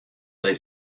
they